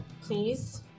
Please